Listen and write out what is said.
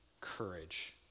courage